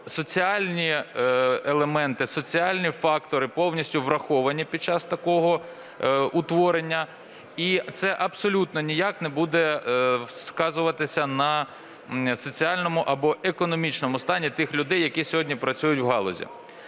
соціальні елементи, соціальні фактори повністю враховані під час такого утворення, і це абсолютно ніяк не буде сказуватися на соціальному або економічного стані тих людей, які сьогодні працюють в галузі.